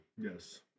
Yes